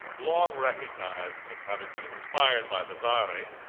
long recognized as having been inspired by the czari,